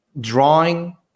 drawing